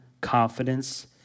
confidence